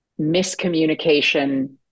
miscommunication